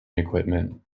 equipment